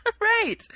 Right